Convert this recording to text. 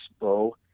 bow